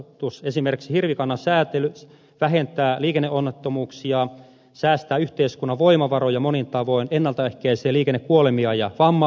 esimerkiksi hirvikannan säätely vähentää liikenneonnettomuuksia säästää yhteiskunnan voimavaroja monin tavoin ennaltaehkäisee liikennekuolemia ja vammautumia